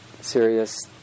serious